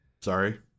Sorry